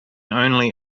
only